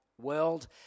world